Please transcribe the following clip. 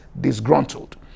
disgruntled